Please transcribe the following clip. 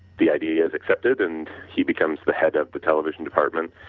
the idea is accepted and he becomes the head of the television department.